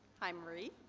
hi marie.